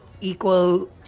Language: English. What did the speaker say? equal